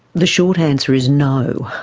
the short answer is no,